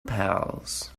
pals